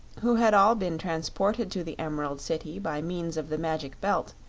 who had all been transported to the emerald city by means of the magic belt,